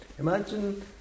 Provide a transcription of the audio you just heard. Imagine